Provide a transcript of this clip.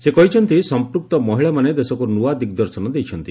ସେ କହିଛନ୍ତି ସମ୍ପୁକ୍ତ ମହିଳାମାନେ ଦେଶକୁ ନୂଆ ଦିଗ୍ଦର୍ଶନ ଦେଇଛନ୍ତି